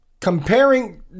comparing